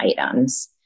items